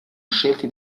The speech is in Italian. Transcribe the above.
scelti